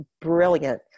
brilliant